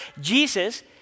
Jesus